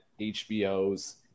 HBO's